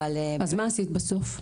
אז מה עשית בסוף?